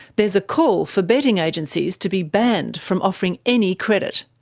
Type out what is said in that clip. there's a call for betting agencies to be banned from offering any credit.